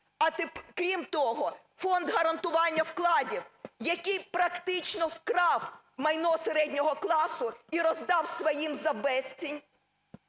Крім того, Фонд гарантування вкладів, який практично вкрав майно середнього класу і роздав своїм за безцінь,